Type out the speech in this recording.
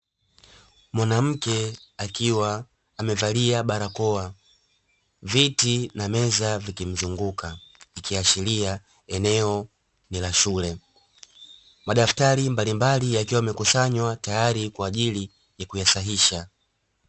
Mwanamke akiwa amevalia barakoa, viti na meza vikimzunguka ikiashiria eneo nila shule; madaftali mbalimbali yakiwa yamekusanywa tayari kwa ajili ya kuyasahihisha.